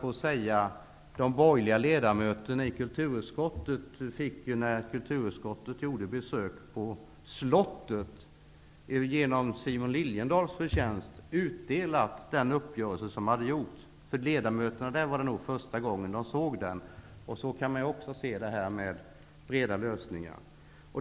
De borgerliga ledamöterna i kulturutskottet fick, skulle jag vilja säga, när utskottet gjorde ett besök på Slottet tack vare Simon Liljedahl utdelat material om den uppgörelse som hade träffats. Det var nog första gången de ledamöterna såg den uppgörelsen. Så kan man nog också se på det här med breda lösningar.